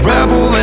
Rebel